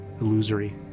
illusory